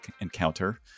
encounter